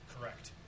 correct